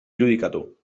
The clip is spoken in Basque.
irudikatu